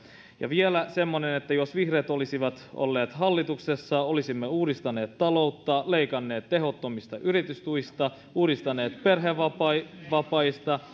ja vielä semmoinen että jos vihreät olisivat olleet hallituksessa olisimme uudistaneet taloutta leikanneet tehottomista yritystuista uudistaneet perhevapaita perhevapaita